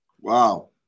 Wow